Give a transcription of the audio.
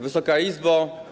Wysoka Izbo!